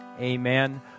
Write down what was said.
amen